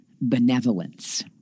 benevolence